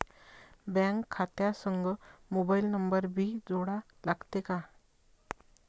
Bank खात्या संग mobile number भी जोडा लागते काय?